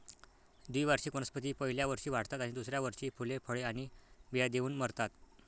द्विवार्षिक वनस्पती पहिल्या वर्षी वाढतात आणि दुसऱ्या वर्षी फुले, फळे आणि बिया देऊन मरतात